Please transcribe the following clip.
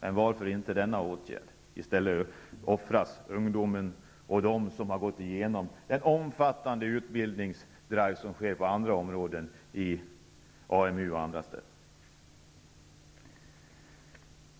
Varför vidtar man inte denna åtgärd i stället för att offra ungdomen och de som tagit del av den omfattande utbildningsinsats som sker på andra områden inom AMU och på andra ställen?